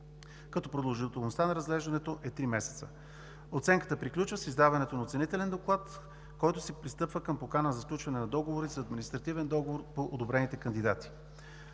Продължителността на разглеждането е три месеца. Оценката приключва с издаването на оценителен доклад, с който се пристъпва към покана за сключване на договори с административен договор по одобрените кандидати.